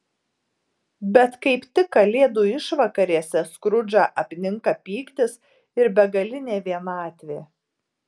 bet kaip tik kalėdų išvakarėse skrudžą apninka pyktis ir begalinė vienatvė